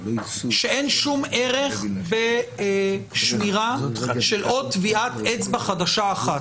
שאין שום ערך בשמירה של עוד טביעת אצבע חדשה אחת,